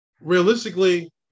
realistically